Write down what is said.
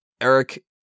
Eric